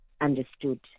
understood